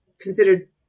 considered